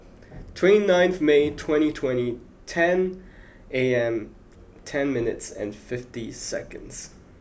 twenty ninth May twenty twenty ten A M ten minutes and fifty seconds